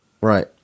Right